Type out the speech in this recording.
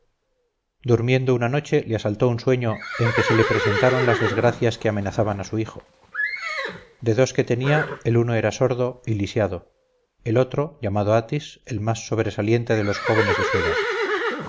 durmiendo una noche le asaltó un sueño en que se lo presentaron las desgracias que amenazaban a su hijo de dos que tenía el uno era sordo y lisiado y el otro llamado atis el más sobresaliente de los jóvenes de su edad